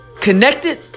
connected